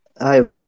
Hi